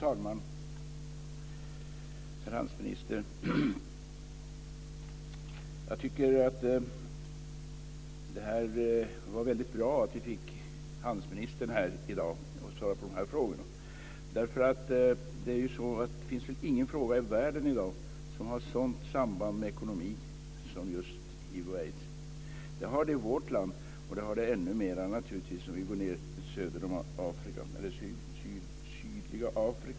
Fru talman och herr handelsminister! Det är väldigt bra att vi fick handelsministern att i dag svara på dessa frågor. Det finns väl ingen fråga i världen i dag som har ett sådant samband med ekonomin som just frågan om hiv/aids. Så är det i vårt land och så är det naturligtvis ännu mer i sydliga Afrika.